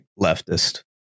leftist